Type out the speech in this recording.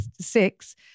six